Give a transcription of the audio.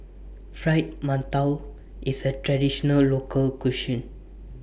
Fried mantou IS A Traditional Local Cuisine